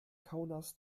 kaunas